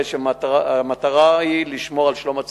הרי שהמטרה היא לשמור על שלום הציבור.